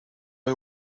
hay